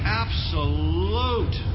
absolute